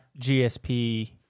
GSP